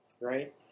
Right